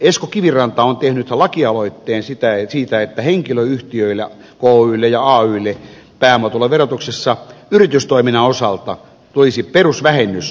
esko kiviranta on tehnyt lakialoitteen siitä että henkilöyhtiöille kylle ja aylle pääomatulon verotuksessa yritystoiminnan osalta tulisi perusvähennys